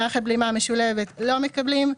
מערכת בלימה משולבת-לא מקבלים.